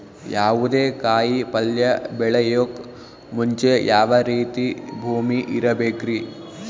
ಯಾವುದೇ ಕಾಯಿ ಪಲ್ಯ ಬೆಳೆಯೋಕ್ ಮುಂಚೆ ಯಾವ ರೀತಿ ಭೂಮಿ ಇರಬೇಕ್ರಿ?